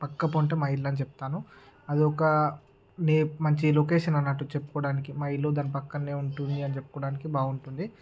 పక్కమ్మటే మా ఇల్లు అని చెప్తాను అది ఒక నే మంచి లొకేషన్ అన్నట్టు చెప్పుకోడానికి మా ఇల్లు దాన్ని పక్కనే ఉంటుంది అని చెప్పుకోవడానికి బాగుంటుంది